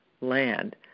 land